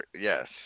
Yes